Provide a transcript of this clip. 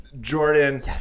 Jordan